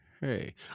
Hey